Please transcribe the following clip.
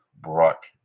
brought